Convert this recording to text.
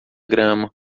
grama